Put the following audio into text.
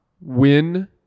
win